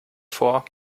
vor